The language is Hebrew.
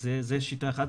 אז זו שיטה אחת.